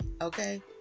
okay